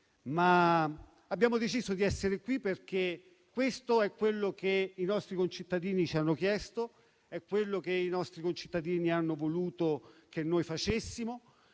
Abbiamo però deciso di essere qui perché questo è quello che i nostri concittadini ci hanno chiesto: i nostri concittadini hanno voluto che votassimo